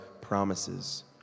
promises